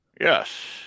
Yes